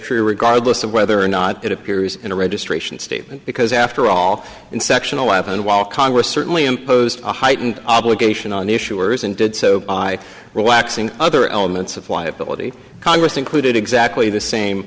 true regardless of whether or not it appears in a registration statement because after all in section eleven while congress certainly imposed a heightened obligation on the issuers and did so by relaxing other elements of liability congress included exactly the same